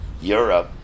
Europe